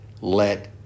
Let